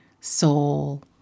soul